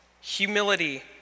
humility